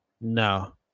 No